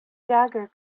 dagger